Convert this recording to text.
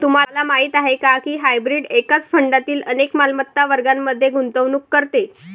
तुम्हाला माहीत आहे का की हायब्रीड एकाच फंडातील अनेक मालमत्ता वर्गांमध्ये गुंतवणूक करते?